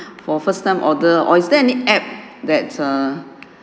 for first time order or is there an app that err